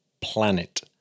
planet